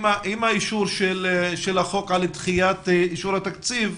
עם האישור של החוק על דחיית אישור התקציב,